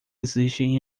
existem